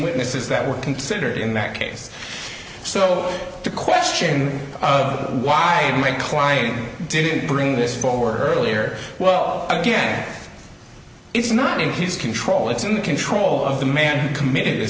witnesses that were considered in that case so the question of why my client didn't bring this forward earlier well again it's not in his control it's in the control of the man who committed th